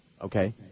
Okay